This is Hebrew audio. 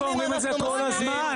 אנחנו פה ואומרים את זה כל הזמן,